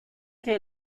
que